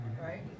Right